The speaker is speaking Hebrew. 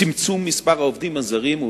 צמצום מספר העובדים הזרים הוא